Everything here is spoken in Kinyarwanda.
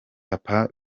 papa